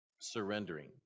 surrendering